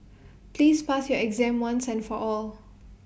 please pass your exam once and for all